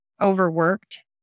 overworked